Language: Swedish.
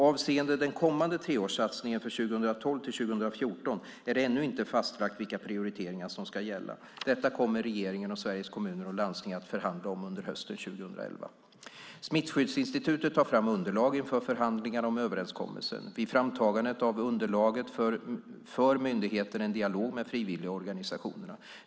Avseende den kommande treårssatsningen 2012-2014 är det ännu inte fastlagt vilka prioriteringar som ska gälla. Detta kommer regeringen och Sveriges Kommuner och Landsting att förhandla om under hösten 2011. Smittskyddsinstitutet tar fram underlagen inför förhandlingarna om överenskommelsen. Vid framtagandet av underlagen för myndigheten en dialog med frivilligorganisationerna.